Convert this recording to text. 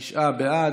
תשעה בעד,